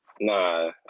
Nah